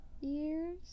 years